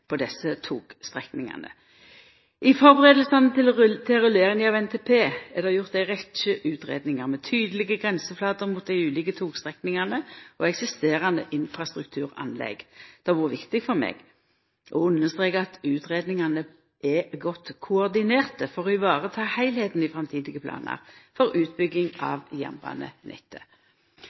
av Nasjonal transportplan er det gjort ei rekkje utgreiingar med tydelege grenseflater mot dei ulike togstrekningane og eksisterande infrastrukturanlegg. Det har vore viktig for meg å understreka at utgreiingane blir godt koordinerte for å vareta heilskapen i framtidige planar for utbygging av jernbanenettet.